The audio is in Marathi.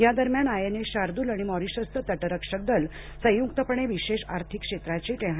या दरम्यान आयएनएस शार्द्रल आणि मॉरिशसचं तटरक्षक दल संयुक्तपणे विशेष आर्थिक क्षेत्राची टेहळणी करणार आहेत